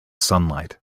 sunlight